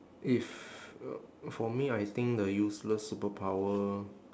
if uh for me I think the useless superpower